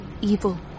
evil